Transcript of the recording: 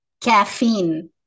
Caffeine